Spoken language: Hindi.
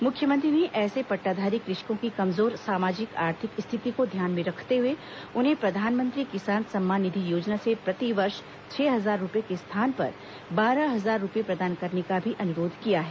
मुख्यमंत्री ने ऐसे पट्टाधारी कृषकों की कमजोर सामाजिक आर्थिक स्थिति को ध्यान में रखते हुए उन्हें प्रधानमंत्री किसान सम्मान निधि योजना से प्रति वर्ष छह हजार रूपए के स्थान पर बारह हजार रूपए प्रदान करने का भी अनुरोध किया है